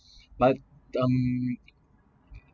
like um